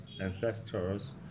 ancestors